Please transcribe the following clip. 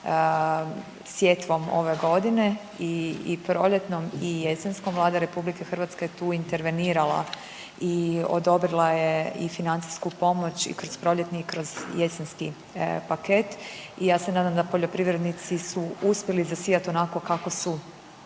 sjetvom ove godine i proljetnom i jesenskom. Vlada RH je tu intervenirala i odobrila je i financijsku pomoć i kroz proljetni i kroz jesenski paket i ja se nadam da poljoprivrednici su uspjeli zasijati onako kako su